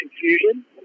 confusion